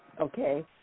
okay